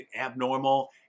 abnormal